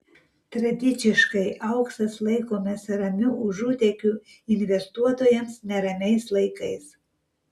tradiciškai auksas laikomas ramiu užutėkiu investuotojams neramiais laikais